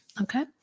Okay